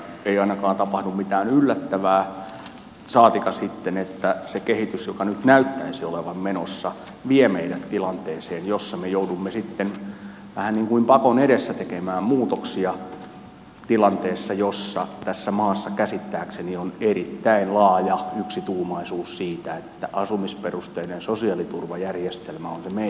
on teidän vastuullanne se että ei ainakaan tapahdu mitään yllättävää saatikka sitten että se kehitys joka nyt näyttäisi olevan menossa vie meidät tilanteeseen jossa me joudumme sitten vähän niin kuin pakon edessä tekemään muutoksia tilanteessa jossa tässä maassa käsittääkseni on erittäin laaja yksituumaisuus siitä että asumisperusteinen sosiaaliturvajärjestelmä on se meidän mallimme